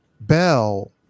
bell